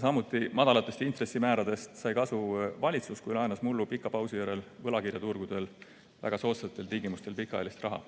Samuti sai madalatest intressimääradest kasu valitsus, kui laenas mullu pika pausi järel võlakirjaturgudel väga soodsatel tingimustel pikaajalist raha.